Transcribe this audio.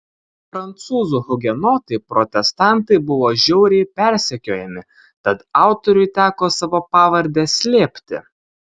prancūzų hugenotai protestantai buvo žiauriai persekiojami tad autoriui teko savo pavardę slėpti